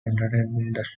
entertainment